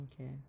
Okay